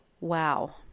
Wow